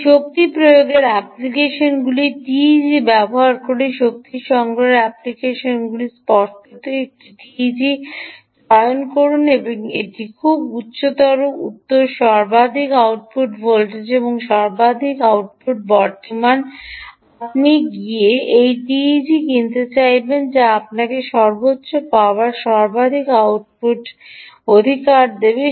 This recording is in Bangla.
আপনি শক্তি প্রয়োগের অ্যাপ্লিকেশনগুলি টিইজিগুলি ব্যবহার করে শক্তি সংগ্রহের অ্যাপ্লিকেশনগুলি স্পষ্টতই একটি টিইজি চয়ন করুন এটি খুব তুচ্ছ উত্তর সর্বাধিক আউটপুট ভোল্টেজ এবং সর্বাধিক আউটপুট বর্তমান আপনি গিয়ে সেই টিইজি কিনতে চাইবেন যা আপনাকে সর্বোচ্চ পাওয়ার সর্বাধিক পাওয়ার আউটপুট অধিকার দেয়